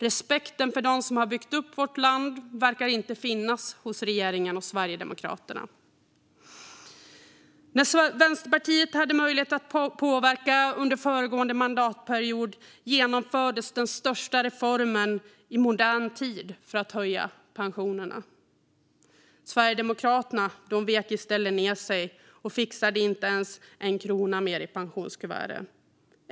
Respekten för dem som har byggt upp vårt land verkar inte finnas hos regeringen och Sverigedemokraterna. När Vänsterpartiet hade möjlighet att påverka under föregående mandatperiod genomfördes den största reformen i modern tid för att höja pensionerna. Sverigedemokraterna vek i stället ned sig och fixade inte ens 1 krona mer i pensionskuvertet.